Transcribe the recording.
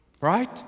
Right